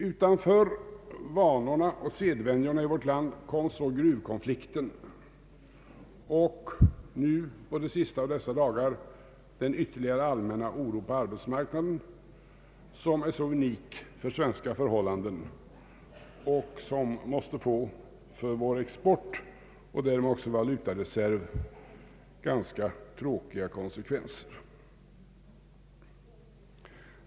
Utanför sedvänjorna i vårt land kom gruvkonflikten och under de sista av dessa dagar den ytterligare allmänna oron på arbetsmarknaden, som är så unik för svenska förhållanden och som måste få för vår export och därmed också vår valutareserv ganska tråkiga konsekvenser.